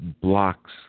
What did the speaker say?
blocks